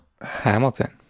Hamilton